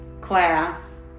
class